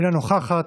אינה נוכחת,